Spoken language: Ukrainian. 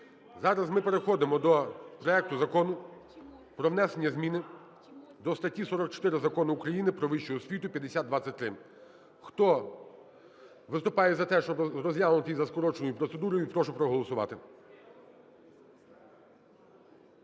Зараз ми переходимо до проекту Закону про внесення зміни до статті 44 Закону України "Про вищу освіту" (5023). Хто виступає за те, щоб розглянути його за скороченою процедурою, прошу проголосувати.